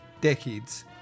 decades